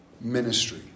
ministry